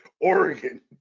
Oregon